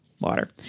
Water